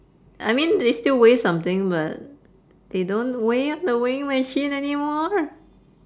I mean they still weigh something but they don't weigh the weighing machine anymore